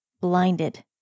blinded